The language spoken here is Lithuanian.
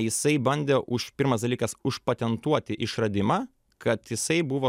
jisai bandė už pirmas dalykas užpatentuoti išradimą kad jisai buvo